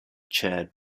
chaired